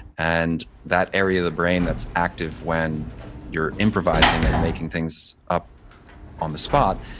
and that area of the brain that's active when you're improvising and making things up on the spot,